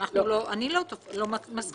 אפשרי אבל אני לא מסכימה עם זה.